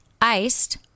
iced